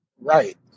Right